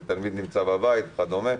אם תלמיד נמצא בבית וכדומה?